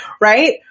right